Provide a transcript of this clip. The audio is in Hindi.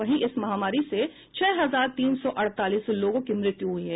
वहीं इस महामारी से छह हजार तीन सौ अडतालीस लोगों की मृत्यु हुई है